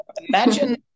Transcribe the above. Imagine